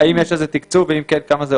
האם יש תקצוב, וכמה.